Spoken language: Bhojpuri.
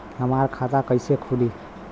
हमार खाता कईसे खुली?